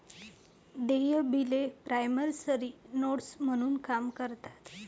देय बिले promissory notes म्हणून काम करतात